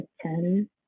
ten